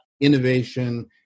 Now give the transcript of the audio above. innovation